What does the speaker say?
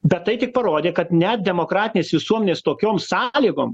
bet tai tik parodė kad net demokratinės visuomenės tokiom sąlygom